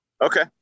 Okay